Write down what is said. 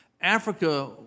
Africa